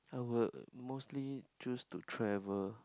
I would mostly choose to travel